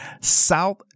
South